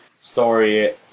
story